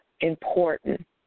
important